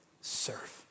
serve